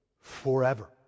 forever